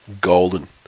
golden